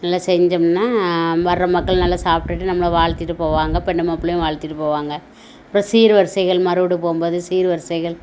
நல்லா செஞ்சோம்னா வர்ற மக்கள் நல்லா சாப்பிடுட்டு நம்மளை வாழ்த்திட்டு போவாங்க இப்போ நம்ம பிள்ளைங்க வாழ்த்திட்டு போவாங்க அப்புறம் சீர் வரிசைகள் மறுவீடுக்கு போகும்போது சீறு வரிசைகள்